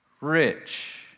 rich